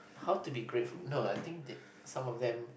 how to be grateful no I think that some of them